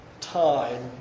time